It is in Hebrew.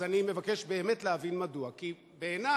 אז אני מבקש באמת להבין מדוע, כי בעיני